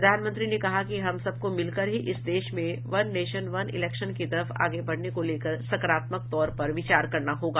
प्रधानमंत्री ने कहा कि हम सबको मिलकर इस देश में वन नेशन वन इलेक्शन की तरफ आगे बढ़ने को लेकर सकारात्मक तौर पर विचार करना होगा